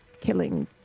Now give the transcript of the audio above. killing